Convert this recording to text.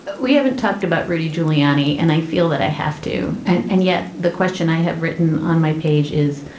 but we haven't talked about rudy giuliani. and i feel that i have to. and and yet the question i have written on my page is.